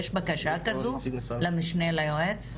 יש בקשה כזו למשנה ליועץ?